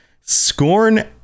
scorn